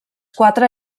quatre